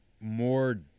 more